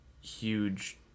huge